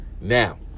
now